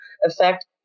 effect